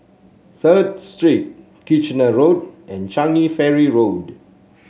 Third Street Kitchener Road and Changi Ferry Road